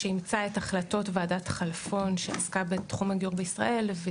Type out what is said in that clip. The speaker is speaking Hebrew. שאימצה את החלטות וועדת חלפון שעסקה בתחום הגיור בישראל והיא